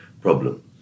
problem